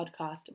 podcast